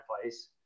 place